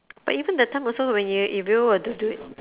but even that time also when you if you were to do it